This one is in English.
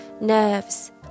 nerves